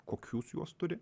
kokius juos turi